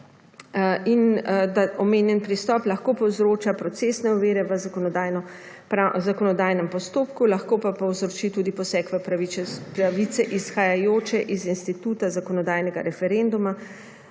in da omenjeni pristop lahko povzroča procesne ovire v zakonodajnem postopku, lahko pa povzroči tudi poseg v pravice izhajajoče iz instituta zakonodajnega referenduma.